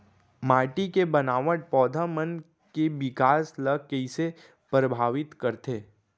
माटी के बनावट पौधा मन के बिकास ला कईसे परभावित करथे